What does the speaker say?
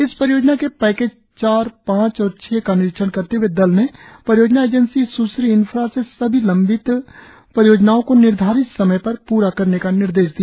इस परियोजना के पैकेज चारपांच और छह का निरीक्षण करते हए दल ने परियोजना एजेंसी स्श्री इंफ्रा से सभी संबित परियोजनाओं को निर्धारित समय पर प्रा करने का निर्देश दिया